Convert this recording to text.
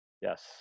Yes